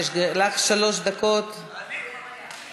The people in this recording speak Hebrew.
יש לך שלוש דקות לנמק.